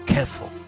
Careful